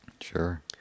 Sure